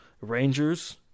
Rangers